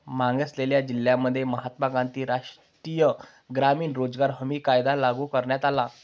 मागासलेल्या जिल्ह्यांमध्ये महात्मा गांधी राष्ट्रीय ग्रामीण रोजगार हमी कायदा लागू करण्यात आला